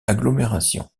agglomération